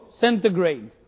centigrade